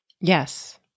Yes